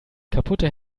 kaputte